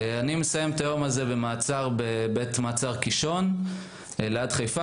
אני מסיים את היום הזה במעצר בבית מעצר קישון ליד חיפה,